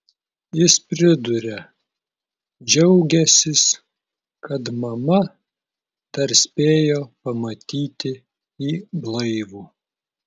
jis priduria džiaugiąsis kad mama dar spėjo pamatyti jį blaivų